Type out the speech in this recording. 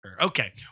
Okay